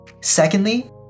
Secondly